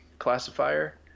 classifier